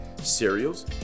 cereals